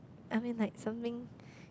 I mean like something